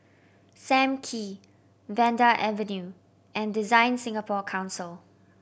Sam Kee Vanda Avenue and DesignSingapore Council